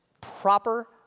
proper